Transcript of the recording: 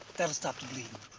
that'll stop the bleeding.